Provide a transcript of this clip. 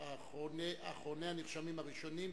אחרוני הנרשמים הראשונים,